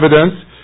evidence